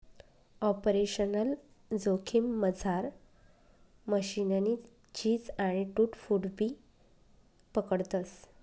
operational जोखिममझार मशीननी झीज आणि टूट फूटबी पकडतस